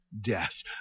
death